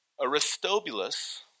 Aristobulus